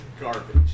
Garbage